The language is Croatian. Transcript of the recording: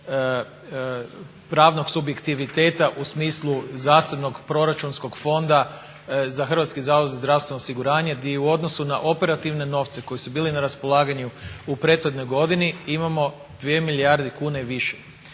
pravnog subjektiviteta u smislu zdravstvenog proračunskog fonda za Hrvatski zavod za zdravstveno osiguranje gdje u odnosu na operativne novce koji su bili na raspolaganju u prethodnoj godini imamo 2 milijarde kuna više.